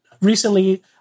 recently